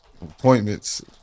Appointments